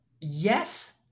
yes